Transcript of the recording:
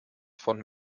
von